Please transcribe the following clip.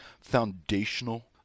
foundational